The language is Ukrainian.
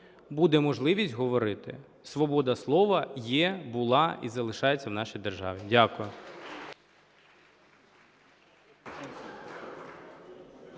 буде можливість говорити. Свобода слова є, була і залишається в нашій державі. Дякую.